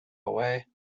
away